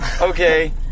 Okay